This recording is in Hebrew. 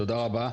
תודה רבה.